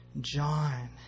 John